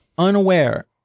Unaware